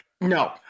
No